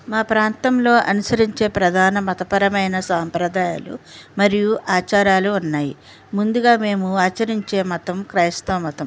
మా ప్రాంతంలో అనుసరించే ప్రధాన మతపరమైన సాంప్రదాయాలు మరియు ఆచారాలు ఉన్నాయి ముందుగా మేము ఆచరించే మతం క్రైస్తవ మతం